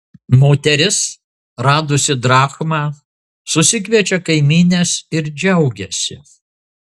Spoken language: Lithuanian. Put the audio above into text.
moteris radusi drachmą susikviečia kaimynes ir džiaugiasi